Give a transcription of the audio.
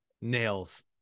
nails